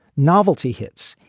novelty hits,